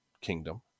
kingdom